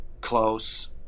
Close